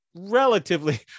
relatively